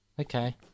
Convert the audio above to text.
Okay